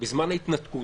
בזמן ההתנתקות,